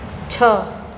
છ